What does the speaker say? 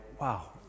wow